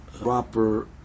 proper